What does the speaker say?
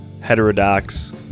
heterodox